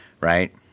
right